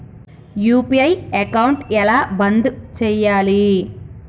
UPI account ఎలా బంద్ చేయాలి?